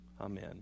Amen